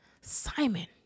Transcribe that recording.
Simon